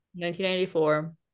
1994